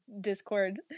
Discord